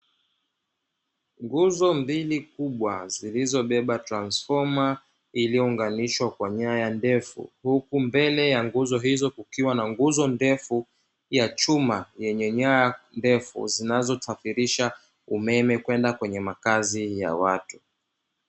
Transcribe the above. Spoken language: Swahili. Nguzo mbili kubwa, zilizobeba transifoma iliyounganishwa kwa nyaya ndefu, huku mbele ya nguzo hizo kukiwa na nguzo ndefu ya chuma, yenye nyanya ndefu, zinazosafirisha umeme kwenda kwenye makazi ya watu.